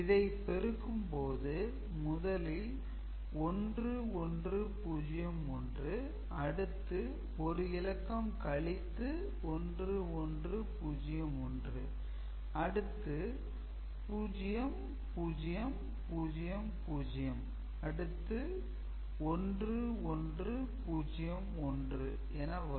இதை பெருக்கும் போது முதலில் 1 1 0 1 அடுத்து ஒரு இலக்கம் கழித்து 1 1 0 1 அடுத்து 0 0 0 0 அடுத்து 1 1 0 1 என வரும்